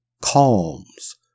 calms